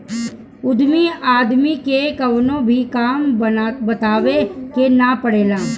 उद्यमी आदमी के कवनो भी काम बतावे के ना पड़ेला